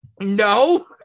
No